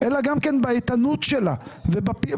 אלא גם כן באיתנות שלה ובתוצר.